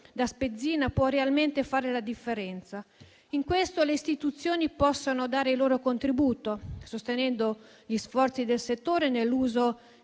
da spezzina - può realmente fare la differenza. In questo le istituzioni possono dare il loro contributo sostenendo gli sforzi del settore nell'uso